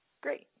Great